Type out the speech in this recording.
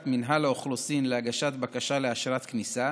מינהל האוכלוסין להגשת בקשה לאשרת כניסה.